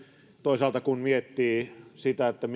toisaalta kun miettii